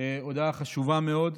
הודעה חשובה מאוד.